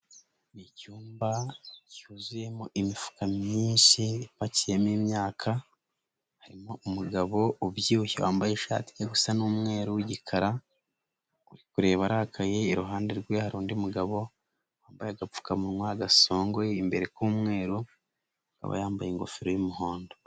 Icyumba cyuzuyemo imifuka myinshi ipakiyemo imyaka, harimo umugabo ubyibushye wambaye ishati ijya gusa n'umweru w'igikara ari kureba arakaye iruhande rwe hari undi mugabo wambaye agapfukamunwa gasongoye, imbere k'umweru akaba yambaye ingofero y'umuhondo.